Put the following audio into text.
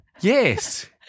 Yes